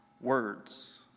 words